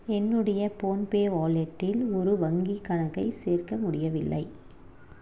என்னுடைய போன்பே வாலெட்டில் ஒரு வங்கிக் கணக்கைச் சேர்க்க முடியவில்லை